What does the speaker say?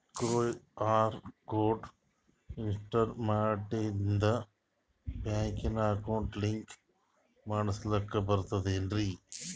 QR code install ಮಾಡಿಂದ ಬ್ಯಾಂಕಿನ account link ಮಾಡಸ್ಲಾಕ ಬರ್ತದೇನ್ರಿ